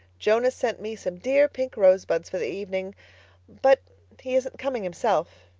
jonas sent me some dear pink rosebuds for the evening but he isn't coming himself.